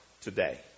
today